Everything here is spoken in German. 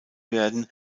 werden